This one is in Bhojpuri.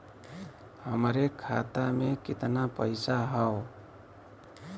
हमरे खाता में कितना पईसा हौ?